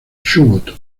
chubut